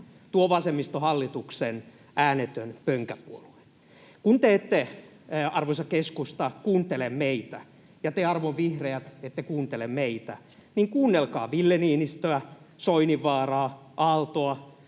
tuo vasemmistohallituksen äänetön pönkäpuolue. Kun te, arvoisa keskusta, ette kuuntele meitä ja te, arvon vihreät, ette kuuntele meitä, niin kuunnelkaa Ville Niinistöä, Soininvaaraa, Aaltoa,